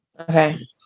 Okay